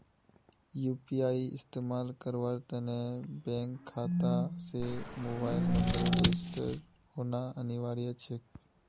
UPI इस्तमाल करवार त न बैंक खाता स मोबाइल नंबरेर रजिस्टर्ड होना अनिवार्य छेक